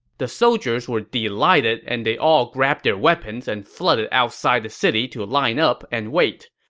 the soldiers were delighted and they all grabbed their weapons and flooded outside the city to line up and wait.